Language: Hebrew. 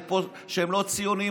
שהם לא ציוניים,